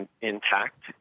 intact